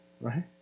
right